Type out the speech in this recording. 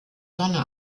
sonne